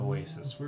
Oasis